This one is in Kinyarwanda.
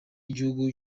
y’ibihugu